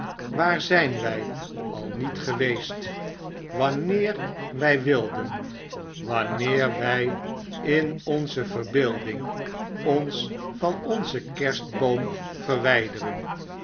waar zijn wy al niet geweest wanneer wy wilden wanneer wy in onze verbeelding ons van onzen kerstboom verwyderden